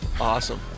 Awesome